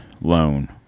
loan